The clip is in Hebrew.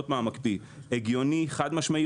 זה הגיוני חד-משמעית.